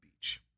Beach